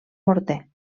morter